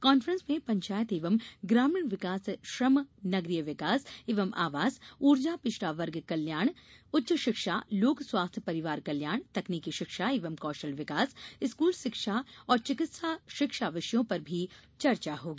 conference में पंचायत एवं ग्रामीण विकास श्रम नगरीय विकास एवं आवास ऊर्जा पिछड़ा वर्ग कल्याण उच्च शिक्षा लोक स्वास्थ्य परिवार कल्याण तकनीकी शिक्षा एवं कौशल विकास स्कूल शिक्षा और चिकित्सा शिक्षा विषयों पर भी चर्चा होगी